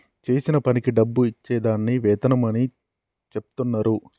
చేసిన పనికి డబ్బు ఇచ్చే దాన్ని వేతనం అని చెచెప్తున్నరు